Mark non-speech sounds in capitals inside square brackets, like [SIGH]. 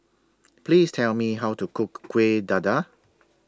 Please Tell Me How to Cook [NOISE] Kuih Dadar